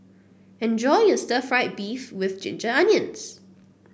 enjoy your Stir Fried Beef with Ginger Onions